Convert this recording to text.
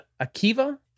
Akiva